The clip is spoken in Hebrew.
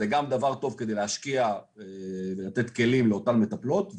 זה גם דבר טוב כדי להשקיע, לתת כלים לאותן מטפלות.